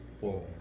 four